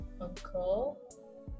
uncle